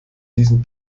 diesen